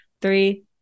Three